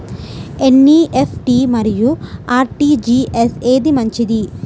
NEFT మరియు RTGS ఏది మంచిది?